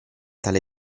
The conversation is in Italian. tale